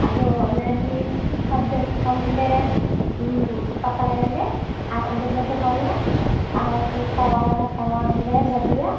ᱟᱫᱚ ᱚᱱᱮ ᱵᱤᱨ ᱥᱟᱨᱡᱚᱢ ᱥᱟᱠᱟᱢ ᱨᱮᱞᱮ ᱯᱟᱛᱲᱟᱭᱟᱞᱮ ᱟᱨ ᱚᱸᱰᱮ ᱞᱮ ᱫᱚᱦᱚᱭᱟ ᱟᱨ ᱛᱟᱣᱟ ᱛᱟᱣᱟ ᱨᱮᱞᱮ ᱞᱟᱹᱫᱮᱭᱟ